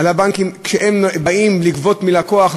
כשהם באים לגבות מלקוח,